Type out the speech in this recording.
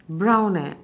brown eh